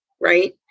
Right